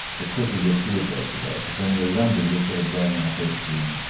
the quicker your fear goes away. because when you're younger, you sort of going out there being,